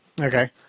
Okay